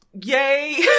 Yay